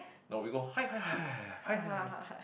no we go hai hai hai hai hai hai